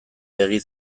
begi